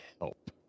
help